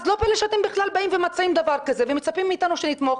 אז לא פלא שאתם בכלל באים ומציעים דבר כזה ומצפים מאיתנו לתמוך.